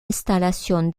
installation